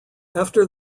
after